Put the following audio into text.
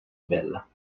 bella